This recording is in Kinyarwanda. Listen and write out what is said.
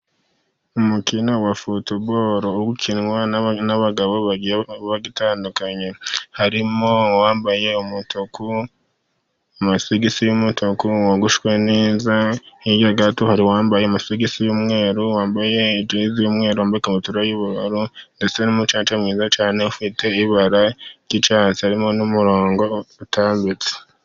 Umukino wa futuboro ukinwa n'abagabo batandukanye, harimo uwambaye umutuku, amasogisi y'umutuku, wogoshe neza. Hirya gato hari uwambaye amasogisi y'umweru, wambaye jese y'umweru, ikabutura y'ubururu ndetse n'umucaca mwiza cyane, ufite ibara ry'icyatsi harimo n'umurongo utambitse.